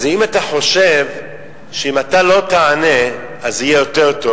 אז אם אתה חושב שאם אתה לא תענה אז יהיה יותר טוב,